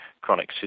chronic